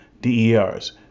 DERs